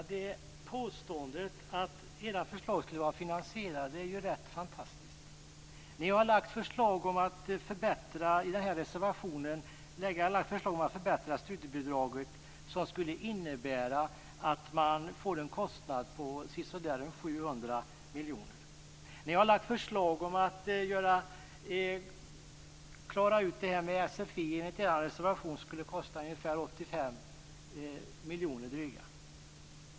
Fru talman! Påståendet att era förslag skulle vara finansierade är ju rätt fantastiskt. Ni har i den här reservationen lagt fram förslag om att förbättra studiebidraget som skulle innebära att man får en kostnad på ungefär 700 miljoner kronor. Ni har lagt fram förslag om att klara ut det här med SFI som enligt er reservation skulle kosta drygt 85 miljoner kronor.